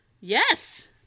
Yes